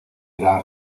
era